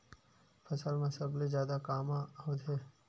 फसल मा सबले जादा कामा होथे?